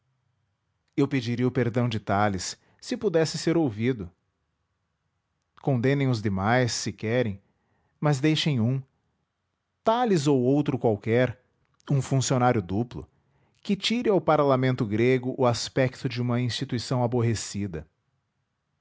eu pediria o perdão de talis se pudesse ser ouvido condenem os demais se querem mas deixem um talis ou outro qualquer um funcionário duplo que tire ao parlamento grego o aspecto de uma instituição aborrecida